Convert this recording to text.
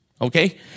Okay